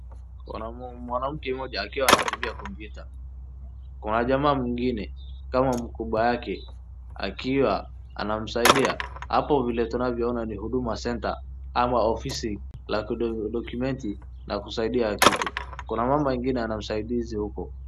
Mwanamke mmoja akiwa ana tumia kompyuta, kuna jamaa mwingine kamammkubwa yake akiwa anamsaidia. Hapo vile tunavyoona ni Huduma center ama ofisi la ku dokumenti kusaidia kitu. Kuna mama mwingine anausaidizi huko.